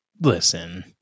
listen